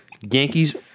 Yankees